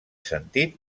sentit